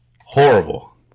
horrible